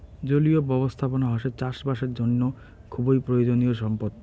জলীয় ব্যবস্থাপনা হসে চাষ বাসের জন্য খুবই প্রয়োজনীয় সম্পদ